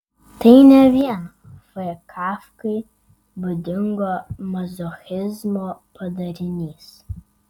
tai ne vien f kafkai būdingo mazochizmo padarinys